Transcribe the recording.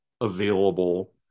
available